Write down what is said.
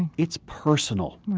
it's personal,